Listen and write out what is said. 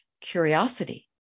curiosity